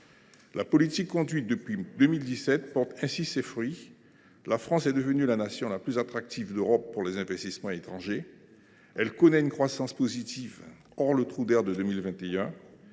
La politique conduite depuis 2017 porte ainsi ses fruits. La France est devenue la nation la plus attractive d’Europe pour les investissements étrangers, elle connaît une croissance positive, hors le trou d’air de 2021.